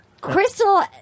Crystal